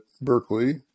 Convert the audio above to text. Berkeley